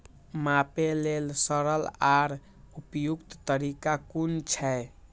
मापे लेल सरल आर उपयुक्त तरीका कुन छै?